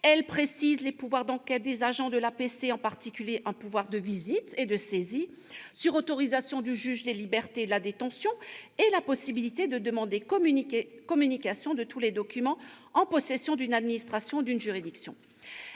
elle précise les pouvoirs d'enquête des agents de l'APC, en particulier un pouvoir de visite et de saisie, sur autorisation du juge des libertés et de la détention, et la possibilité de demander communication de tous les documents en possession d'une administration ou d'une juridiction